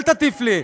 אל תטיף לי.